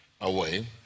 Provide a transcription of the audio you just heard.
away